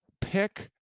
pick